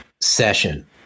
session